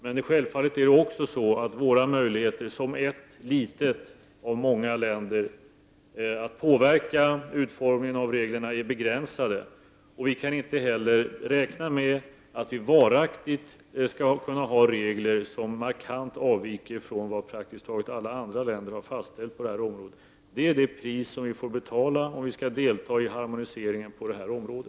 Men självfallet är våra möjligheter, som ett litet land bland många länder, att påverka utformningen av reglerna begränsade. Vi kan inte heller räkna med att vi varaktigt skall kunna ha regler som markant avviker från vad alla andra länder har fastställt på det här området. Det är det pris som vi får betala för att delta i harmoniseringen på detta område.